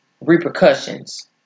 repercussions